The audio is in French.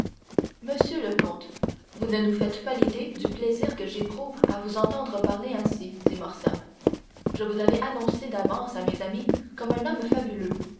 monsieur le comte vous ne vous faites pas l'idée du plaisir que j'éprouve à vous entendre parler ainsi dit morcerf je vous avais annoncé d'avance à mes amis comme un homme fabuleux